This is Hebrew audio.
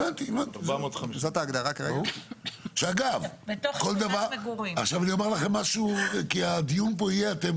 אני אומר לכם משהו, כי הדיון פה יהיה, אתם